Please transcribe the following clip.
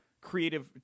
creative